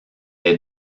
est